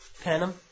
Panem